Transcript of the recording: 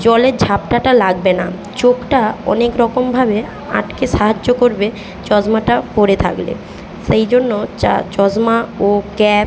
জলের ঝাপটাটা লাগবে না চোখটা অনেক রকমভাবে আটকে সাহায্য করবে চশমাটা পরে থাকলে সেই জন্য চা চশমা ও ক্যাপ